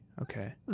Okay